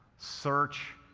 search,